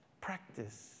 practice